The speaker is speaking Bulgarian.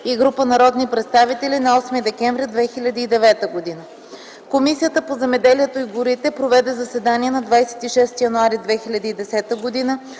и група народни представители на 8 декември 2009 г. Комисията по земеделието и горите проведе заседание на 26 януари 2010 г., на